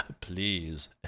please